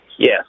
Yes